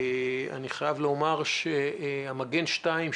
אני חייב לומר שהמגן 2,